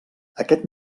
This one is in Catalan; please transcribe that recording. aquest